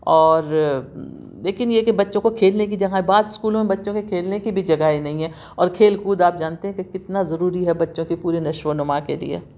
اور لیکن یہ کہ بچوں کو کھیلنے کی جگہ بعض اسکولوں میں بچوں کے کھیلنے کی بھی جگہیں نہیں ہے اور کھیل کود آپ جانتے ہیں کہ کتنا ضروری ہے بچوں کے پورے نشو و نما کے لئے